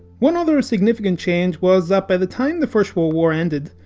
one other ah significant change was that by the time the first world war ended,